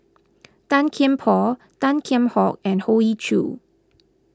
Tan Kian Por Tan Kheam Hock and Hoey Choo